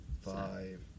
five